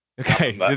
okay